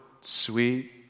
sweet